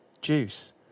Juice